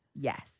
Yes